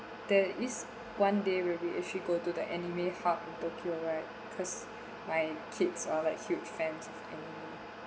there is one day we'll be if she go to the anime hub in tokyo right cause my kids are like huge fan and